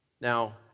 Now